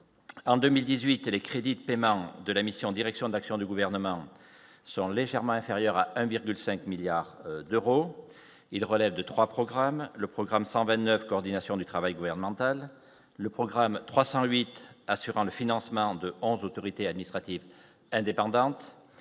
en 2018 et les crédits de paiement de la mission, direction de l'action du gouvernement sont légèrement inférieurs à 1,5 milliard d'euros, il relève de 3 programmes le programme 129 coordination du travail gouvernemental, le programme 308 assurant le financement de 11, autorité administrative indépendante